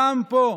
גם פה,